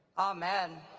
amen.